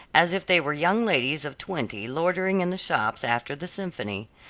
as if they were young ladies of twenty loitering in the shops after the symphony.